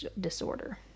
disorder